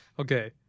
Okay